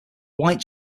white